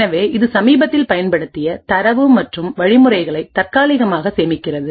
எனவே இது சமீபத்தில் பயன்படுத்திய தரவு மற்றும் வழிமுறைகளை தற்காலிகமாக சேமிக்கிறது